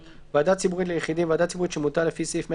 "ועדה ציבורית ליחידים" ועדה ציבורית שמונתה לפי סעיף 126(א)